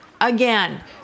again